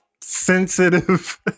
sensitive